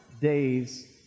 days